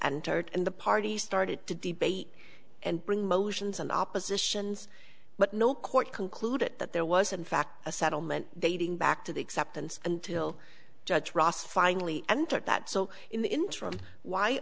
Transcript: entered and the party started to debate and bring motions and oppositions but no court concluded that there was in fact a settlement dating back to the acceptance until judge ross finally entered that so in the interim why